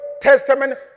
Testament